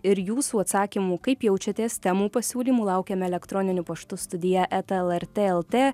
ir jūsų atsakymų kaip jaučiatės temų pasiūlymų laukiam elektroniniu paštu studija eta lrt lt